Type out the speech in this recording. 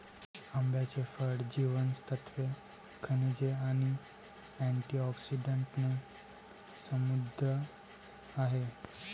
आंब्याचे फळ जीवनसत्त्वे, खनिजे आणि अँटिऑक्सिडंट्सने समृद्ध आहे